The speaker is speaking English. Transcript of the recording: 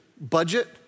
budget